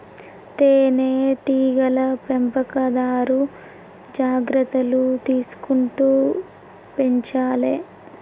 తేనె టీగల పెంపకందారు జాగ్రత్తలు తీసుకుంటూ పెంచాలే